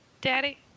Daddy